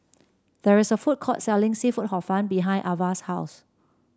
there is a food court selling seafood Hor Fun behind Avah's house